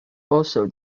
also